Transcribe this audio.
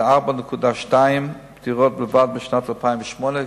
ל-4.2 פטירות בלבד בשנת 2008,